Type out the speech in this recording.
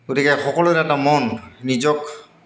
গতিকে সকলোৰে এটা মন নিজক